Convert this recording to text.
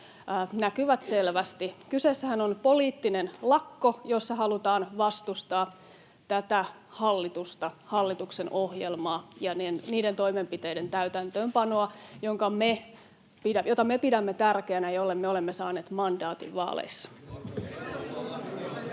näkyvät selvästi. Kyseessähän on poliittinen lakko, jossa halutaan vastustaa tätä hallitusta, hallituksen ohjelmaa ja niiden toimenpiteiden täytäntöönpanoa, joita me pidämme tärkeinä ja joille me olemme saaneet mandaatin vaaleissa.